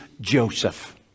Joseph